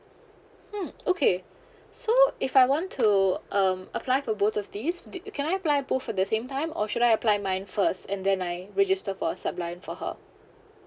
hmm okay so if I want to um apply for both of these did you can I apply both for the same time or should I apply mine first and then I register for sub line for her